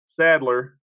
Sadler